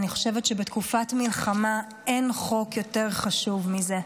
אני חושבת שבתקופת מלחמה אין חוק יותר חשוב מזה.